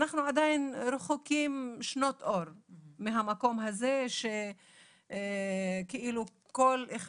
אנחנו עדיין רחוקים שנות אור מהמקום הזה שכל אחד